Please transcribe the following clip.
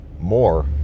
more